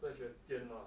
在学电脑